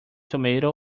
tomato